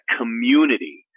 community